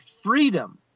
freedom